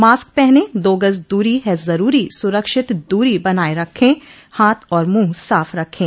mask पहनें दो गज दूरी है जरूरी सुरक्षित दूरी बनाए रखें हाथ और मुंह साफ रखें